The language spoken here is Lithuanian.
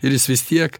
ir jis vis tiek